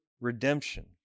redemption